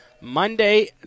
Monday